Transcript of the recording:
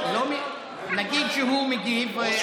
נגיד שהוא מגיב,